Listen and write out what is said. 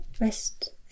West